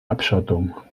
abschottung